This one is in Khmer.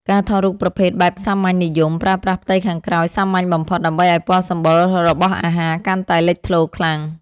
ការថតរូបប្រភេទបែបសាមញ្ញនិយម ប្រើប្រាស់ផ្ទៃខាងក្រោយសាមញ្ញបំផុត ដើម្បីឱ្យពណ៌សម្បុររបស់អាហារកាន់តែលេចធ្លោខ្លាំង។